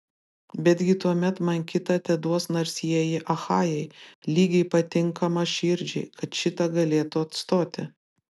betgi tuomet man kitą teduos narsieji achajai lygiai patinkamą širdžiai kad šitą galėtų atstoti